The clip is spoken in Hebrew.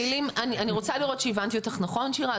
אני רוצה לראות שהבנתי אותך נכון שירה.